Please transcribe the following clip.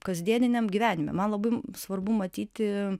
kasdieniniam gyvenime man labai svarbu matyti